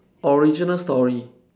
original story